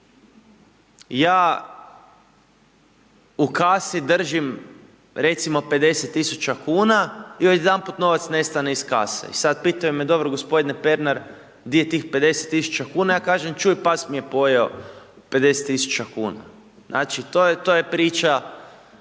ja u kasi držim, recimo 50 000 kn i odjedanput novac nestane iz kase i sad pitaju me, dobro g. Pernar, di je tih 50 000 kn, ja kažem, čuj, pas mi je pojeo 50 000 kn. Znači, to je priča,